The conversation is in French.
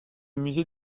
musée